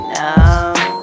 now